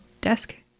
desk